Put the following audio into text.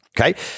Okay